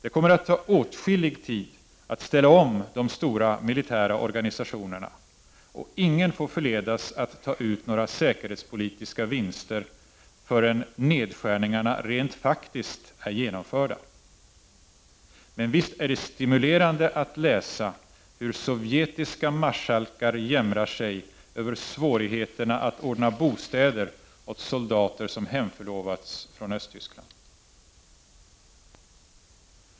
> Det kommer att ta åtskillig tid att ställa om de stora militära organisationerna, och ingen får förledas att ta ut några säkerhetspolitiska vinster förrän nedskärningarna rent faktiskt är genomförda. Men visst är det stimulerande att läsa hur sovjetiska marskalkar jämrar sig över svårigheterna att ordna bostäder åt soldater som hemförlovats från Östtyskland.